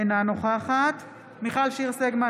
אינה נוכחת מיכל שיר סגמן,